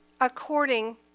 according